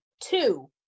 two